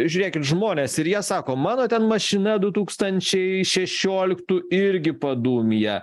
žiūrėkit žmonės ir jie sako mano ten mašina du tūkstančiai šešioliktų irgi padūmija